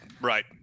Right